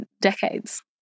decades